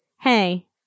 hey